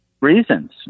reasons